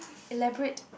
elaborate